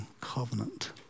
covenant